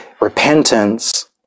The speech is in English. repentance